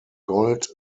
gold